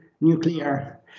nuclear